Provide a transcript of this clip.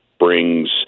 brings